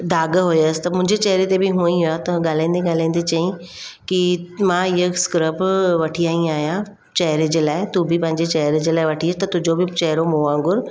दाग हुअसि त मुंहिंजे चहिरे ते बि हूंअं ई आहे त ॻाल्हाईंदे ॻाल्हाईंदे चईं की मां इहा स्क्रब वठी आई आहियां चहिरे जे लाइ तूं बि पंहिंजे चहिरे जे लाइ वठी अचु त तुंहिंजो बि चहिरो मूं वांगुरु